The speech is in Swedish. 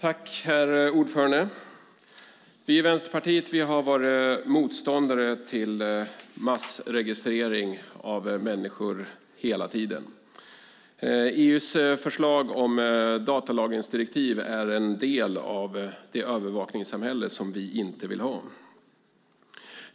Herr talman! Vi i Vänsterpartiet har hela tiden varit motståndare till massregistrering av människor. EU:s förslag om datalagringsdirektiv är en del av det övervakningssamhälle som vi inte vill ha.